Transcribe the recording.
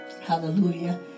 hallelujah